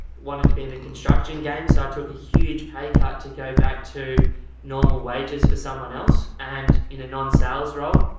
wanting to be in the construction game. so i took a huge pay cut to go back to normal wages for someone else. and in a nonsales role,